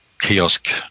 kiosk